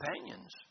companions